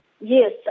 Yes